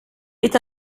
est